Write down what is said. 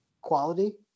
quality